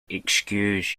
excuse